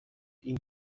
این